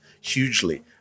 hugely